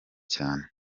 cyane